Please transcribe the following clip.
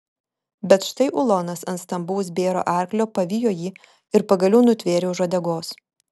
bet štai ulonas ant stambaus bėro arklio pavijo jį ir pagaliau nutvėrė už uodegos